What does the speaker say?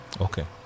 Okay